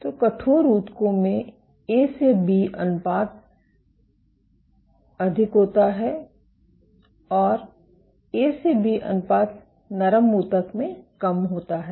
तो कठोर ऊतकों में ए से बी अनुपात अधिक होता है और ए से बी अनुपात नरम ऊतक में कम होता है